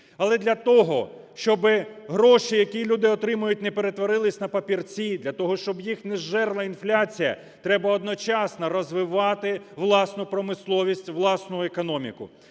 Але для того, щоб гроші, які люди отримують, не перетворилися на папірці, для того, щоб їх не зжерла інфляція, треба одночасно розвивати власну промисловість, власну економіку.